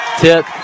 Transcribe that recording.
tip